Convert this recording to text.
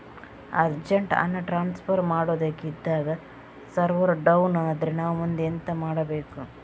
Urgent ಹಣ transfer ಮಾಡೋದಕ್ಕೆ ಇದ್ದಾಗ ಸರ್ವರ್ ಡೌನ್ ಆದರೆ ನಾವು ಮುಂದೆ ಎಂತ ಮಾಡಬೇಕು?